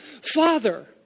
Father